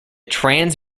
trans